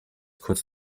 kurz